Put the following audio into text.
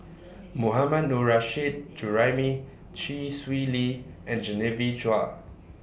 Mohammad Nurrasyid Juraimi Chee Swee Lee and Genevieve Chua